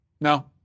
No